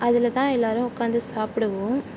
அதில் தான் எல்லோரும் உட்காந்து சாப்பிடுவோம்